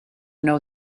know